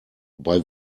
bei